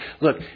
look